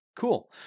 Cool